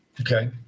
okay